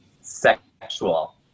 sexual